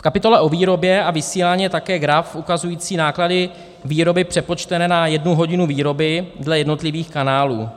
V kapitole o výrobě a vysílání je také graf ukazující náklady výroby přepočtené na jednu hodinu výroby dle jednotlivých kanálů.